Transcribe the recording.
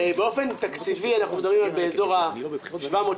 באופן תקציבי אנחנו מדברים באזור ה-700,